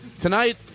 Tonight